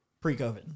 pre-covid